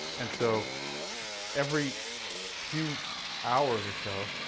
and so every few hours or so,